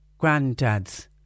granddads